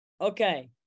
okay